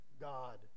God